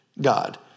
God